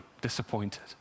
disappointed